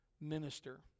minister